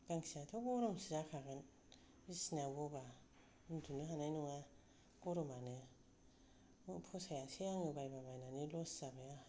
गांसेयाथ' गरमसो जाखागोन बिसनायाव बबा उन्दुनो हानाय नङा गरमानो फसायासै आं बायबा बायनानै लस जाबाय आंहा